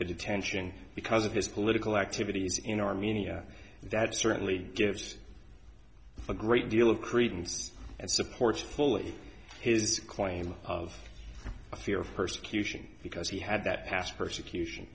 detention because of his political activities in armenia that certainly gives a great deal of credence and supports fully his claim of fear of persecution because he had that past persecution